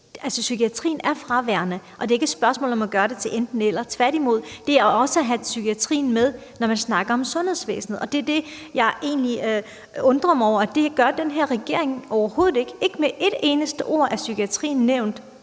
ikke. Psykiatrien er fraværende, og det er ikke et spørgsmål om at gøre det til et enten-eller. Tværtimod gælder det om også at have psykiatrien med, når man snakker om sundhedsvæsenet. Det er det, jeg egentlig undrer mig over at den her regering overhovedet ikke gør. Ikke med et eneste ord er psykiatrien nævnt,